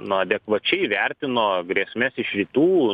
nu adekvačiai vertino grėsmes iš rytų